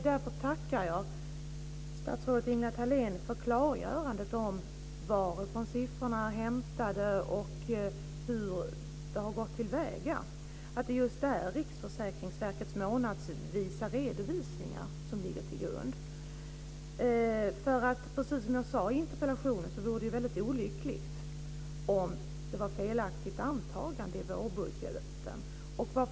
Därför tackar jag statsrådet Ingela Thalén för klargörandet om varifrån siffrorna är hämtade och hur beräkningarna har gått till väga. Det är Riksförsäkringsverkets månadsvisa redovisningar som ligger till grund. Som jag tog upp i min interpellation vore det olyckligt om det är ett felaktigt antagande i vårbudgeten.